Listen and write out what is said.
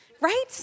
right